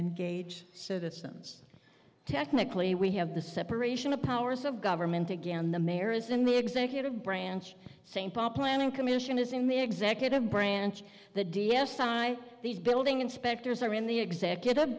engage citizens technically we have the separation of powers of government again the mayor is in the executive branch st paul planning commission is in the executive branch the d s i these building inspectors are in the executive